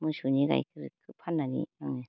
मोसौनि गायखेरखौ फाननानै आङो